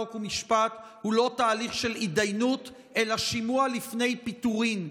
חוק ומשפט הוא לא תהליך של התדיינות אלא שימוע לפני פיטורים,